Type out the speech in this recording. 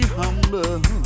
humble